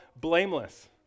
blameless